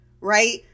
right